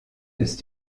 ist